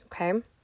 Okay